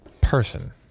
person